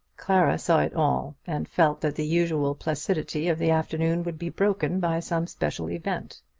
clara saw it all, and felt that the usual placidity of the afternoon would be broken by some special event.